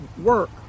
work